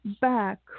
back